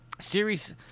series